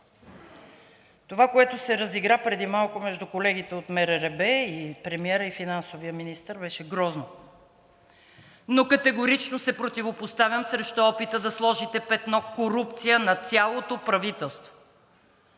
Това, което се разигра преди малко между колегите от МРРБ и премиера и финансовия министър, беше грозно, но категорично се противопоставям срещу опита да сложите петно корупция на цялото правителство.